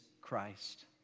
Christ